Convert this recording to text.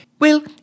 Well